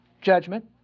judgment